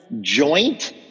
joint